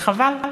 חבל.